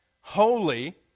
Holy